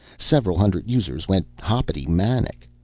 several hundred users went hoppity manic.